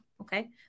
Okay